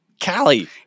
Callie